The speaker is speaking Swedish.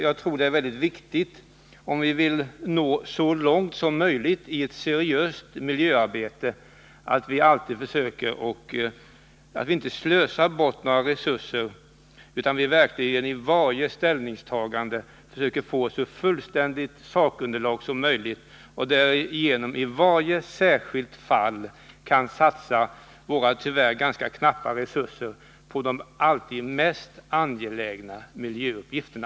Det är viktigt, om vi vill nå så långt som möjligt i ett seriöst miljöarbete, att vi inte slösar bort resurser utan i varje ställningstagande försöker få så fullständigt sakunderlag som möjligt och därigenom i varje särskilt fall kan satsa våra tyvärr ganska knappa resurser på de mest angelägna miljöuppgifterna.